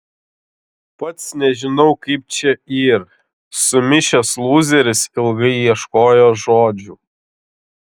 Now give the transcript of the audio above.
pats nežinau kaip čia yr sumišęs lūzeris ilgai ieškojo žodžių